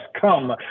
come